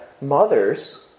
mothers